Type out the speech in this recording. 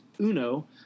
UNO